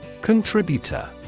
Contributor